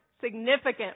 significant